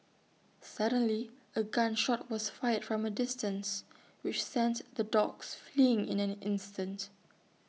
suddenly A gun shot was fired from A distance which sent the dogs fleeing in an instant